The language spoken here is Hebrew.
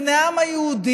בני העם היהודי,